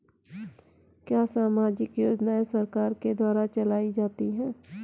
क्या सामाजिक योजनाएँ सरकार के द्वारा चलाई जाती हैं?